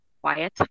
quiet